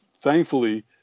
thankfully